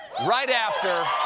right after